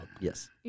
Yes